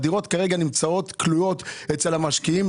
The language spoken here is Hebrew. הדירות נמצאות כלואות אצל המשקיעים,